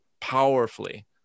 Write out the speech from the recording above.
powerfully